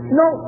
no